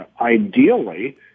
ideally